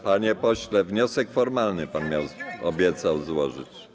Panie pośle, wniosek formalny pan obiecał złożyć.